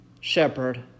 shepherd